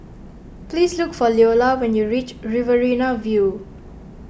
please look for Leola when you reach Riverina View